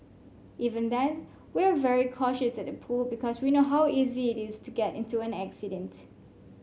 even then we're very cautious at the pool because we know how easy it is to get into an accident